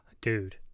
dude